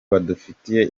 badufitiye